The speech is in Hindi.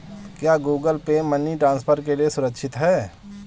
क्या गूगल पे मनी ट्रांसफर के लिए सुरक्षित है?